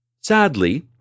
Sadly